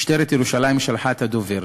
משטרת ירושלים שלחה את הדובר.